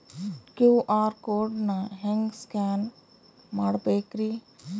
QR code ನಾ ಹೆಂಗ scan ಮಾಡಬೇಕ್ರಿ?